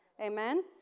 Amen